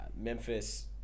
Memphis